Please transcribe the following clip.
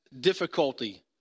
difficulty